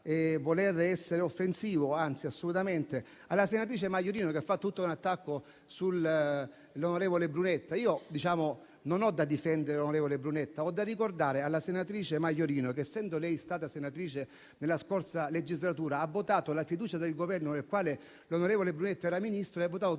voler essere offensivo, anzi assolutamente, alla senatrice Maiorino che ha fatto un attacco all'onorevole Brunetta. Io non ho da difendere l'onorevole Brunetta, ma da ricordare alla senatrice Maiorino che, essendo lei stata senatrice nella scorsa legislatura, ha votato la fiducia del Governo nel quale l'onorevole Brunetta era Ministro e ha votato tutti